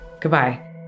goodbye